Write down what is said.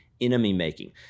enemy-making